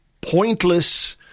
pointless